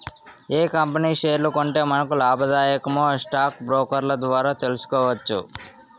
ఏ company షేర్లు కొంటే మనకు లాభాదాయకమో స్టాక్ బ్రోకర్ ద్వారా తెలుసుకోవచ్చు